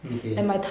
okay